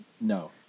No